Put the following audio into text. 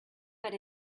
but